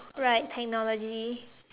right technology